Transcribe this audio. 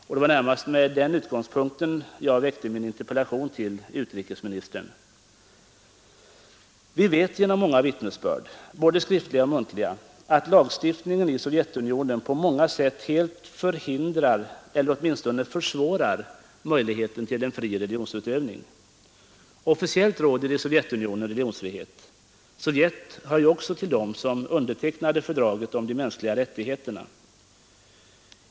Och det var närmast med den utgångspunkten som jag framställde min interpellation till utrikesministern. Vi vet genom många både skriftliga och muntliga vittnesbörd att lagstiftningen i Sovjetunionen på många sätt helt förhindrar eller åtminstone försvårar möjligheterna till en fri religionsutövning. I Sovjetunionen råder det officiellt religionsfrihet. Sovjet hör ju till dem som har undertecknat fördraget om de mänskliga rättigheterna.